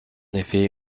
effet